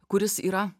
kuris yra